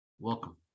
Welcome